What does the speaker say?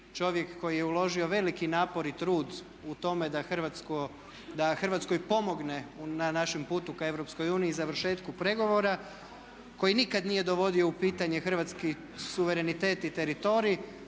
čovjek koji je uložio veliki napor i trud u tome da Hrvatskoj pomogne na našem putu ka EU i završetku pregovora, koji nikad nije dovodio u pitanje hrvatski suverenitet i teritorij